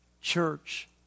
church